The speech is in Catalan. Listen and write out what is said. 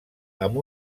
amb